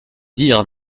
dire